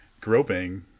groping